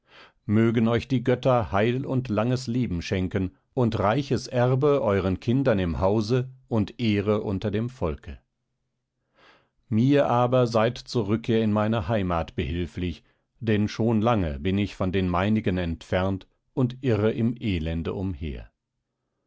mögen euch die götter heil und langes leben schenken und reiches erbe euren kindern im hause und ehre unter dem volke mir aber seid zur rückkehr in meine heimat behilflich denn schon lange bin ich von den meinigen entfernt und irre im elende umher